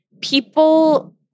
people